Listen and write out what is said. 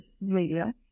radio